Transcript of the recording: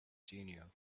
genial